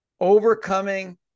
overcoming